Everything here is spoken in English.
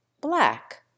Black